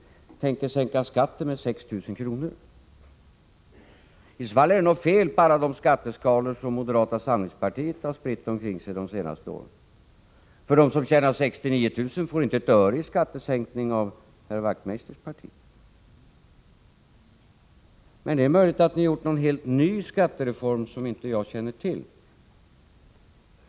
tänker sänka skatten med 6 000 kr.? I så fall är det något fel på alla de skatteskalor som moderata samlingspartiet har spritt omkring sig de senaste åren — de som tjänar 69 000 kr. får inte ett öre i skattesänkning av herr Wachtmeisters parti. Det är möjligt att moderaterna har kommit med någon helt ny skattereform som jag inte känner till.